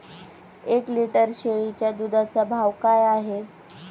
एक लिटर शेळीच्या दुधाचा भाव काय आहे?